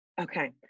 Okay